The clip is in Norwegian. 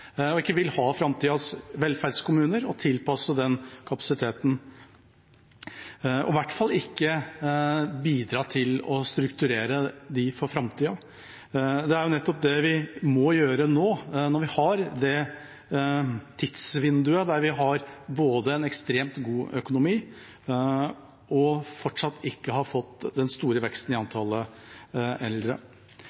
og ikke vil ha framtidas velferdskommuner som kan tilpasses den kapasiteten, i hvert fall ikke bidra til å strukturere dem for framtida. Det er nå vi må gjøre det, når vi har tidsvinduet med en ekstremt god økonomi og ennå ikke har fått den store veksten i